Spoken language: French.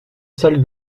salle